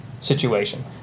situation